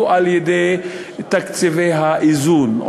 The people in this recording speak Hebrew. היא דרך תקציבי האיזון,